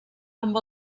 amb